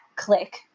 click